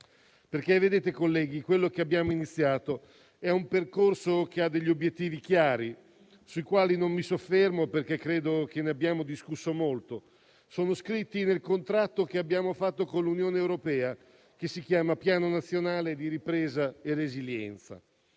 Draghi. Vedete colleghi, quello che abbiamo iniziato è un percorso che ha degli obiettivi chiari, sui quali non mi soffermo, perché credo che ne abbiamo discusso molto. Essi sono scritti nel contratto che abbiamo fatto con l'Unione europea, che si chiama Piano nazionale di ripresa e resilienza.